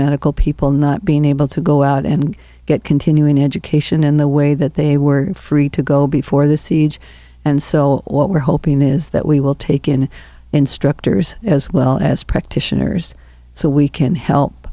medical people not being able to go out and get continuing education in the way that they were free to go before the siege and so what we're hoping is that we will take in instructors as well as practitioners so we can